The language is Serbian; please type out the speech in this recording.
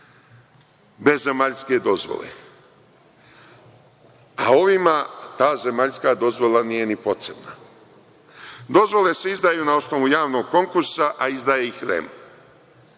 bez zemaljske dozvole, a ovima ta zemaljska dozvola nije ni potrebna. Dozvole se izdaju na osnovu javnog konkursa, a izdaje ih REM.